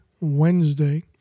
Wednesday